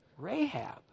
Rahab